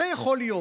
יכול להיות.